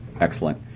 excellent